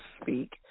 speak